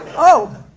oh.